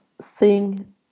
sing